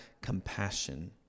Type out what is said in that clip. compassion